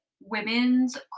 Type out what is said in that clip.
women's